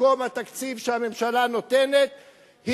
ובמקום התקציב שהממשלה נותנת,